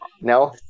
No